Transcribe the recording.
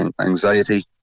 anxiety